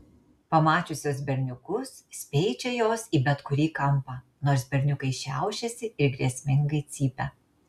pamačiusios berniukus speičia jos į bet kurį kampą nors berniukai šiaušiasi ir grėsmingai cypia